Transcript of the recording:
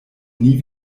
nie